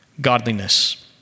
godliness